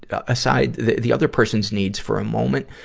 aside, the the other person's needs for a moment.